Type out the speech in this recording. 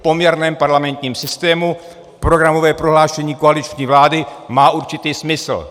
V poměrném parlamentním systému programové prohlášení koaliční vlády má určitý smysl.